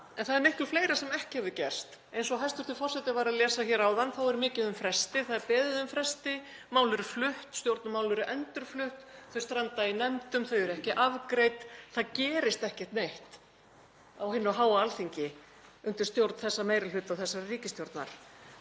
en það er miklu fleira sem ekki hefur gerst. Eins og hæstv. forseti var að lesa hér áðan er mikið um fresti. Það er beðið um fresti, mál eru flutt, stjórnarmál eru endurflutt, þau stranda í nefndum, þau eru ekki afgreidd. Það gerist ekki neitt á hinu háa Alþingi undir stjórn meiri hluta þessarar ríkisstjórnar.